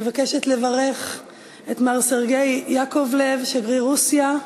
אני מבקשת לברך את מר סרגיי יעקובלב, שגריר רוסיה,